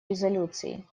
резолюции